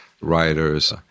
writers